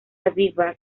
aviva